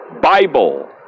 Bible